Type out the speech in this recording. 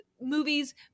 movies